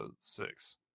six